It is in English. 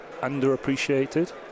Underappreciated